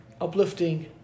uplifting